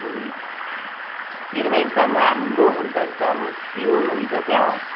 मेरोमा एकदम राम्रो हुन्छ एकदम प्योर हुन्छ क्या हौ